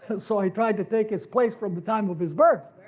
so he tried to take his place from the time of his birth,